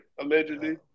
Allegedly